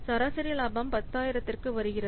சராசரி லாபம் 10000 க்கு வருகிறது